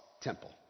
temple